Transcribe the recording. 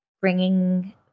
bringing